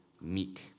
meek